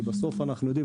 כי בסוף אנחנו יודעים,